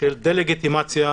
של דה-לגיטימציה,